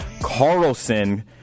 Carlson